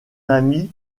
ami